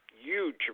huge